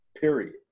Period